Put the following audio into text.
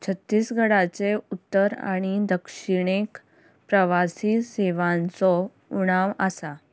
छत्तीसगडाचे उत्तर आनी दक्षिणेक प्रवासी सेवांचो उणाव आसा